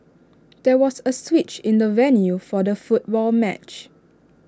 there was A switch in the venue for the football match